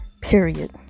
Period